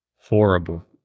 horrible